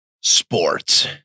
sports